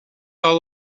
all